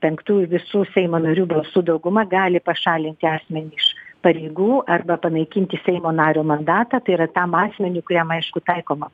penktų ir visų seimo narių balsų dauguma gali pašalinti asmenį iš pareigų arba panaikinti seimo nario mandatą tai yra tam asmeniui kuriam aišku taikoma